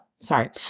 sorry